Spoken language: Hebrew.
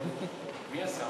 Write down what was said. מי השר?